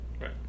right